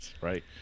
Right